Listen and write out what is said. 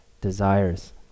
desires